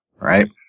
right